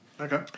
Okay